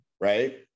Right